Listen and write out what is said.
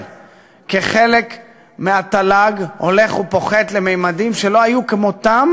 כחלק מהתל"ג הולך ופוחת לממדים שלא היו כמותם.